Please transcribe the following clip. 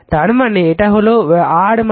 তারমানে এটা হলো r